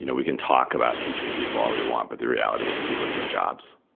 you know we can talk about teaching people all we want, but the reality is people need jobs.